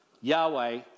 Yahweh